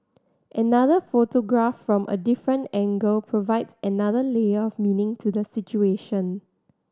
another photograph from a different angle provides another layer of meaning to the situation